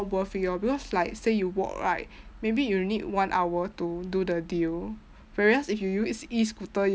worth it orh because like say you walk right maybe you'd need one hour to do the deal whereas if you use E-scooter you